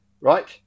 right